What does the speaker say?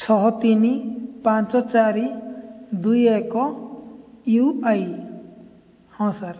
ଛଅ ତିନି ପାଞ୍ଚ ଚାରି ଦୁଇ ଏକ ୟୁ ଆଇ ହଁ ସାର୍